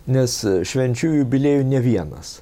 nes švenčiu jubiliejų ne vienas